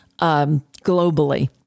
globally